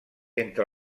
entre